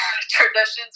traditions